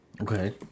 okay